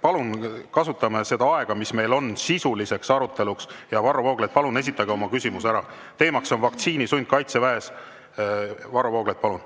Palun kasutame seda aega, mis meil on, sisuliseks aruteluks. Varro Vooglaid, palun esitage oma küsimus ära. Teema on vaktsiinisund Kaitseväes. Varro Vooglaid, palun!